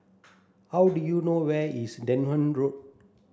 how do you know where is Denham Road